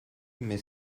mais